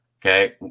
okay